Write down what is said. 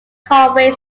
conway